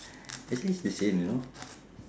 actually it's the same you know